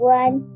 one